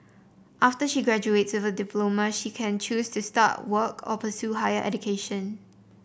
after she graduates with a diploma she can choose to start work or pursue higher education